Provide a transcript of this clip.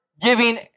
giving